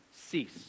cease